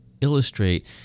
illustrate